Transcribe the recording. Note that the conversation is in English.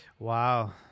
Wow